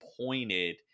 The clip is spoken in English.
pointed